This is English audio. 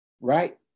right